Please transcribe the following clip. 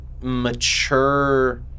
mature